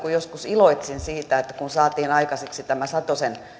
kun joskus iloitsin siitä että saatiin aikaiseksi tämä satosen